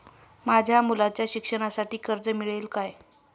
माझ्या मुलाच्या शिक्षणासाठी कर्ज मिळेल काय?